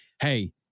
hey